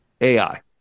AI